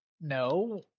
No